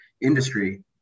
industry